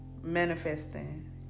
manifesting